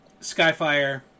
Skyfire